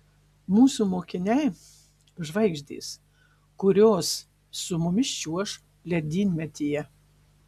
mūsų mokiniai žvaigždės kurios su mumis čiuoš ledynmetyje